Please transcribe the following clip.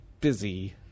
busy